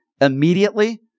immediately